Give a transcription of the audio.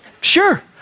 Sure